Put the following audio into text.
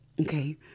Okay